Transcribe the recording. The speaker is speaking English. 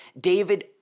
David